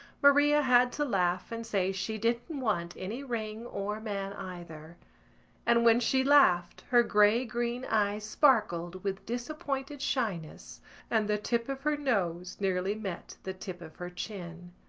maria had to laugh and say she didn't want any ring or man either and when she laughed her grey-green eyes sparkled with disappointed shyness and the tip of her nose nearly met the tip of her chin.